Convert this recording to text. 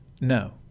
No